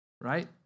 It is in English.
right